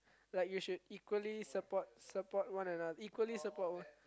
like you should equally support support one another equally support